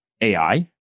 AI